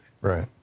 Right